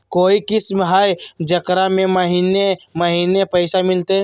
कोइ स्कीमा हय, जेकरा में महीने महीने पैसा मिलते?